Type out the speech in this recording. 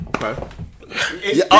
Okay